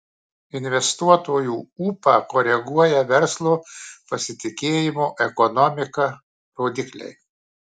investuotojų ūpą koreguoja verslo pasitikėjimo ekonomika rodikliai